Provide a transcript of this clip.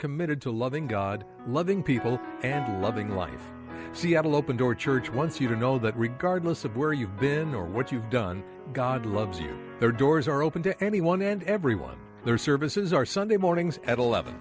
committed to loving god loving people and loving life seattle open door church once you know that regardless of where you've been or what you've done god loves you there doors are open to anyone and everyone their services are sunday mornings at eleven